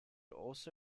also